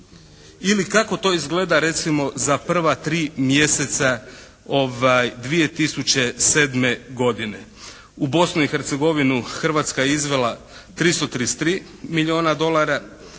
Ili kako to izgleda recimo za prva tri mjeseca 2007. godine? U Bosnu i Hercegovinu Hrvatska je izvela 333 milijuna dolara.